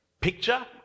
picture